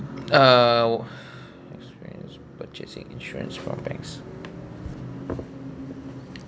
uh purchasing insurance from banks